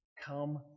come